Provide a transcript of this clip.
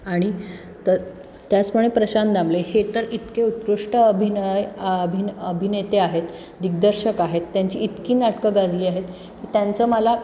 आणि त त्याचपणे प्रशांत दामले हे तर इतके उत्कृष्ट अभिनय अभिनय अभिनेते आहेत दिग्दर्शक आहेत त्यांची इतकी नाटकं गाजली आहेत त्यांचं मला